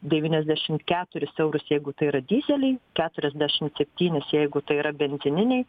devyniasdešimt keturis eurus jeigu tai yra dyzeliai keturiasdešimt septynis jeigu tai yra benzininiai